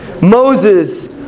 Moses